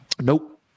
Nope